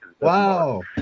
Wow